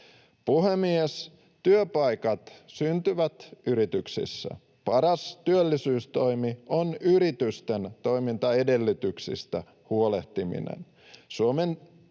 Puhemies! Työpaikat syntyvät yrityksissä. Paras työllisyystoimi on yritysten toimintaedellytyksistä huolehtiminen.